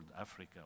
Africa